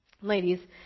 Ladies